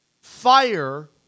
fire